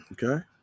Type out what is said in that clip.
Okay